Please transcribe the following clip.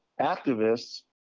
activists